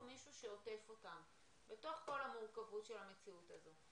מישהו שעוטף אותם בתוך כל המורכבות של המציאות הזאת.